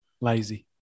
Lazy